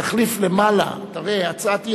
תחליף למעלה, תראה: הצעת אי-אמון.